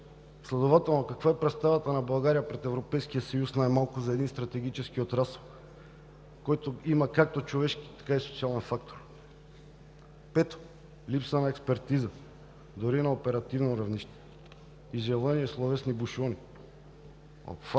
следователно каква е представата на България пред Европейския съюз за един стратегически отрасъл, който има както човешки, така и социален фактор. Пето, липса на експертиза, дори на оперативно равнище, изявления и словесни бушони –